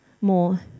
more